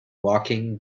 walking